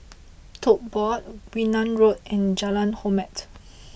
Tote Board Wee Nam Road and Jalan Hormat